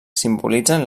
simbolitzen